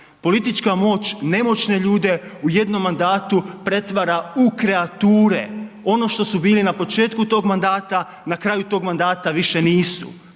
Politička moć nemoćne ljude u jednom mandatu pretvara u kreature, ono što su bili na početku tog mandata, na kraju tog mandata više nisu.